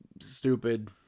stupid